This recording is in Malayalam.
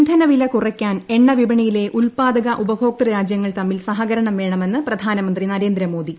ഇന്ധനവില കുറയ്ക്കാൻ എണ്ണവിപണിയിലെ ഉൽപാദക ഉപഭോക്തൃ രാജ്യങ്ങൾ തമ്മിൽ സഹകരണം വേണമെന്ന് പ്രധാൻമന്ത്രി നരേന്ദ്രമോദി